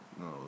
No